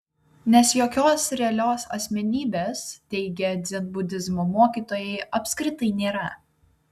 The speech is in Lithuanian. nes jokios realios asmenybės teigia dzenbudizmo mokytojai apskritai nėra